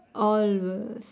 all was